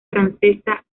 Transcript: francesa